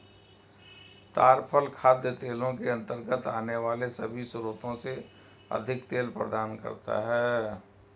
ताड़ फल खाद्य तेलों के अंतर्गत आने वाले सभी स्रोतों से अधिक तेल प्रदान करता है